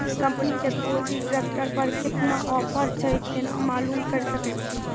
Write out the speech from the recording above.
Company के कोय भी ट्रेक्टर पर केतना ऑफर छै केना मालूम करऽ सके छियै?